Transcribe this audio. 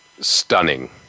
stunning